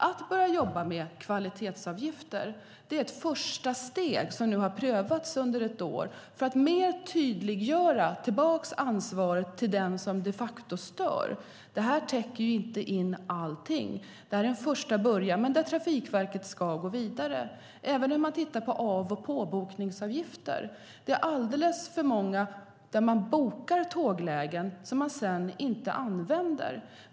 Att börja jobba med kvalitetsavgifter är ett första steg som nu har prövats under ett år för att mer tydliggöra ansvaret för den som de facto stör. Detta täcker inte in allt, utan det är en första början, men Trafikverket ska gå vidare med detta. Man tittar också på av och påbokningsavgifter. Det är alldeles för många bokade tåglägen som man inte använder.